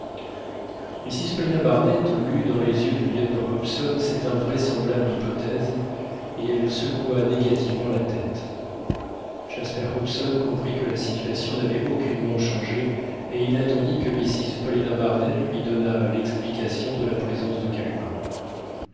mrs paulina barnett lut dans les yeux du lieutenant hobson cette invraisemblable hypothèse et elle secoua négativement la tête jasper hobson comprit que la situation n'avait aucunement changé et il attendit que mrs paulina barnett lui donnât l'explication de la présence de kalumah